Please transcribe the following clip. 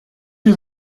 you